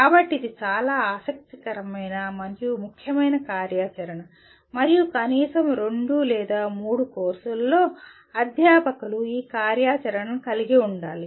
కాబట్టి ఇది చాలా ఆసక్తికరమైన మరియు ముఖ్యమైన కార్యాచరణ మరియు కనీసం 2 లేదా 3 కోర్సులలో అధ్యాపకులు ఈ కార్యాచరణను కలిగి ఉండాలి